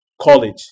College